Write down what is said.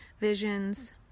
visions